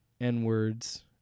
N-words